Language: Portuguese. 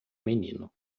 menino